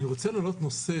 אני רוצה להעלות נושא